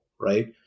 right